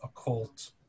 occult